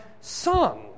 son